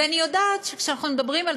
ואני יודעת שכאשר אנחנו מדברים על